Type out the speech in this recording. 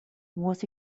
was